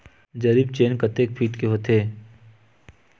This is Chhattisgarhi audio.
जरीब चेन कतेक फीट के होथे?